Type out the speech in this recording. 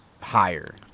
higher